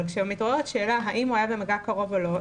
כשמתעוררת שאלה האם הוא היה במגע קרוב או לא,